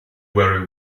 very